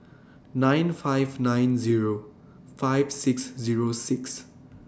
nine five nine Zero five six Zero six